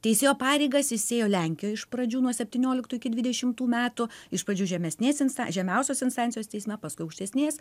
teisėjo pareigas jis ėjo lenkijoj iš pradžių nuo septynioliktų iki dvidešimtų metų iš pradžių žemesnės instan žemiausios instancijos teisme paskui aukštesnės